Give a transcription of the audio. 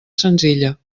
senzilla